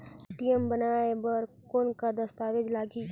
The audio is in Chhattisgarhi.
ए.टी.एम बनवाय बर कौन का दस्तावेज लगही?